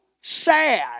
sad